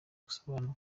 gusobanura